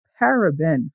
paraben